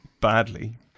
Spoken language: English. badly